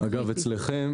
אגב, אצלכם